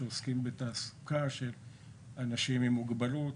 שעוסקים בתעסוקת אנשים עם מוגבלות,